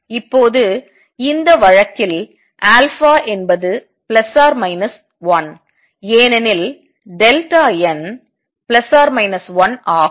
இப்போது இந்த வழக்கில் என்பது 1 ஏனெனில் n 1 ஆகும்